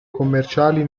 commerciali